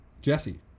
Jesse